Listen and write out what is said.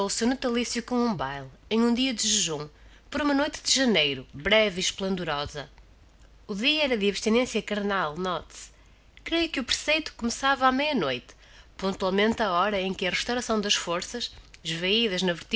com um baile em um dia de jejum por uma noite de janeiro breve e esplendorosa o dia era de abstinencia carnal note-se creio que o preceito começava á meia noite pontualmente á hora em que a restauração das forças